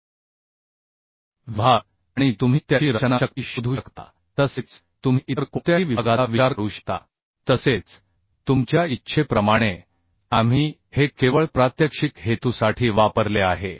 विभाग आणि तुम्ही त्याची रचना शक्ती शोधू शकता तसेच तुम्ही इतर कोणत्याही विभागाचा विचार करू शकता तसेच तुमच्या इच्छेप्रमाणे आम्ही हे केवळ प्रात्यक्षिक हेतूसाठी वापरले आहे